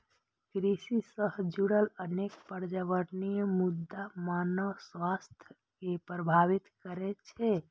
कृषि सं जुड़ल अनेक पर्यावरणीय मुद्दा मानव स्वास्थ्य कें प्रभावित करै छै